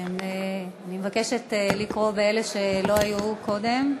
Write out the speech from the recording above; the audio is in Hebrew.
אני מבקשת לקרוא בשמות אלה שלא היו קודם,